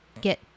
get